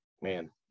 man